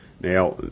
Now